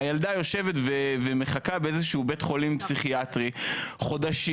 הילדה יושבת ומחכה באיזשהו בית חולים פסיכיאטרי חודשים